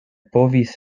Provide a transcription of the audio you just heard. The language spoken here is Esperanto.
povis